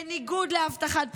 בניגוד להבטחת בחירות,